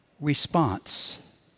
response